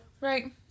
Right